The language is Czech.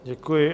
Děkuji.